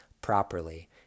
properly